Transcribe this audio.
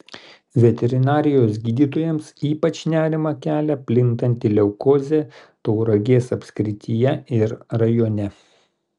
veterinarijos gydytojams ypač nerimą kelia plintanti leukozė tauragės apskrityje ir rajone